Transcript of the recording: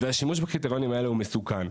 והשימוש בקריטריונים האלו הוא מסוכן.